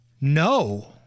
No